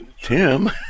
Tim